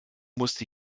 musste